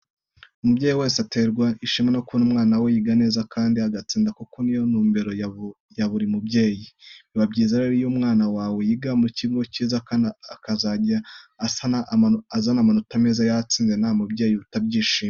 Umubyeyi wese aterwa ishema no kubona umwana we yiga neza kandi agatsinda kuko ni yo ntumbero ya buri mubyeyi. Biba byiza rero iyo umwana wawe yiga mu kigo cyiza kandi akajya azana amanota meza yatsinze nta mubyeyi utabyishimira.